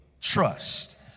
trust